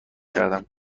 کردم